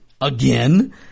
again